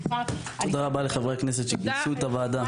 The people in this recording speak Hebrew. הישיבה נעולה.